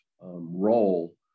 role